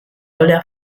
voleva